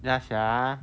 ya sia